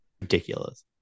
ridiculous